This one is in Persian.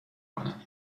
کنم